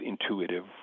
intuitive